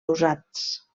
usats